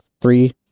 three